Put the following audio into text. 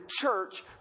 church